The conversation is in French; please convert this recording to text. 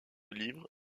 livre